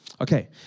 Okay